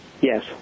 Yes